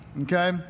okay